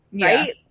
right